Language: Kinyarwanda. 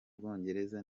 bwongereza